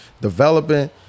developing